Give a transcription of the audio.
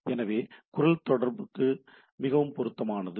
எனவே குரல் தகவல்தொடர்புக்கு இது மிகவும் பொருத்தமானது